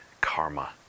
karma